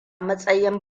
matsayin